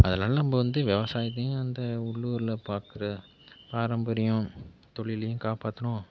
அதனால் நம்ப வந்து விவசாயத்தையும் அந்த உள்ளூரில் பார்க்குற பாரம்பரியம் தொழிலையும் காப்பாற்றணும்